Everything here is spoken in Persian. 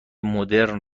مدرن